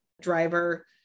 driver